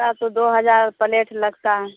تو دو ہزار پلیٹ لگتا ہے